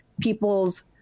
people's